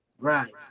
Right